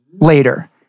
later